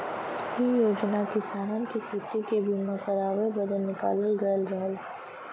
इ योजना किसानन के खेती के बीमा करावे बदे निकालल गयल रहल